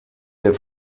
der